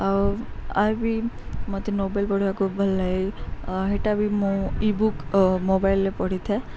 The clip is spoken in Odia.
ଆଉ ଆଇ ବି ମତେ ନୋବେେଲ୍ ପଢ଼ିବାକୁ ଭଲ ଲାଗେ ହେଟା ବି ମୁଁ ଇ ବୁକ୍ ମୋବାଇଲରେ ପଢ଼ିଥାଏ